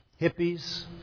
hippies